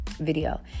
video